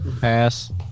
Pass